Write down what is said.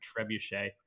trebuchet